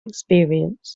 experience